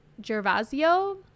Gervasio